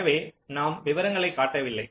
எனவே நாம் விவரங்களை காட்டவில்லை